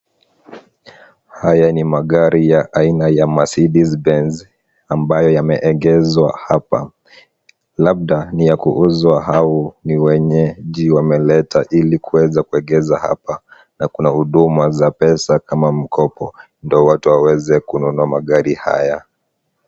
Haya ni magari ya aina ya Marcedes Benz ambayo yameegeshwa hapa. Labda ni ya kuuzwa au ni wenyeji wameleta ili kuweza kuegesha hapa na kuna huduma za pesa kama mkopo ndio watu waweze kununua magari haya.